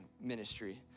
ministry